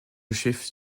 chef